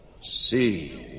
See